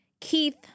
Keith